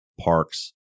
parks